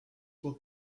were